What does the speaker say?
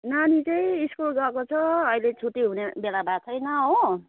नानी चाहिँ स्कुल गएको छ अहिले छुट्टी हुने बेला भएको छैन हो